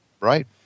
Right